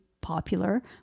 popular